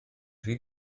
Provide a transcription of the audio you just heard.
rhy